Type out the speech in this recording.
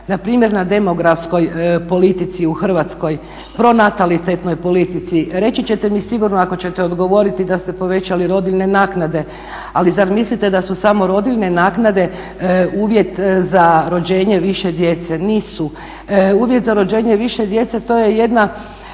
npr. na demografskoj politici u Hrvatskoj, pronatalitetnoj politici. Reći ćete mi sigurno ako ćete odgovoriti da ste povećali rodiljne naknade ali zar mislite da su samo rodiljne naknade uvjet za rođenje više djece? Nisu. Uvjet za rođenje više djece to je jedna